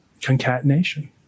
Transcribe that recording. concatenation